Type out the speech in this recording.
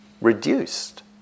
reduced